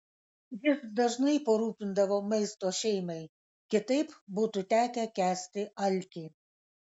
jis dažnai parūpindavo maisto šeimai kitaip būtų tekę kęsti alkį